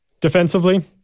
defensively